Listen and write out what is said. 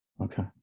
okay